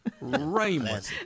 Raymond